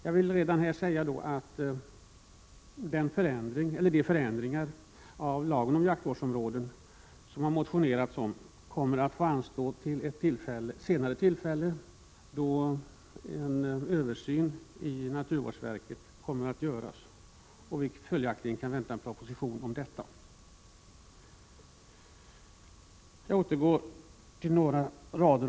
Jag vill redan här säga att de förändringar i lagen om jaktvårdsområden som man motionerat om kommer att anstå till ett senare tillfälle, då en översyn i naturvårdsverket kommer att göras och vi följaktligen kan vänta en proposition om detta.